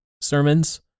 sermons